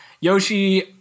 Yoshi